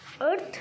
Earth